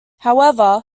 however